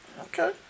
Okay